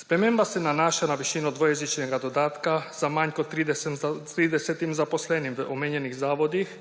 Sprememba se nanaša na višino dvojezičnega dodatka za manj kot 30 zaposlenim v omenjenih zavodih,